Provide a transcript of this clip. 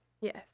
Yes